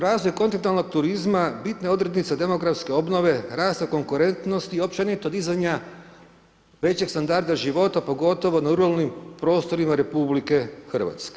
Razvoj kontinentalnog turizma bitna je odrednica demografske obnove, rasta konkurentnosti i općenito dizanja većeg standarda života, pogotovo u ruralnim prostorima RH.